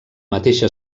mateixa